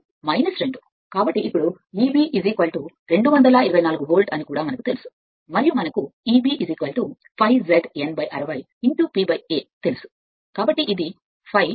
కాబట్టి ఇప్పుడు Eb 224 volt అని కూడా మనకు తెలుసు మరియు మనకు Eb ∅ Z n 60 P A తెలుసు